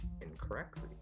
incorrectly